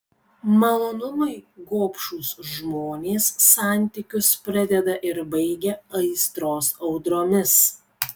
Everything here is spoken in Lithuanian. malonumui gobšūs žmonės santykius pradeda ir baigia aistros audromis